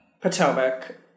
Potomac